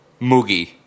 Moogie